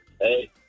Hey